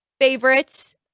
favorites